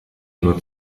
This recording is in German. nur